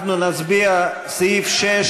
אנחנו נצביע על סעיף 6,